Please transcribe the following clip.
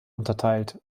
unterteilt